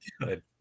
good